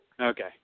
Okay